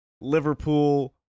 Liverpool